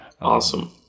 Awesome